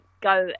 go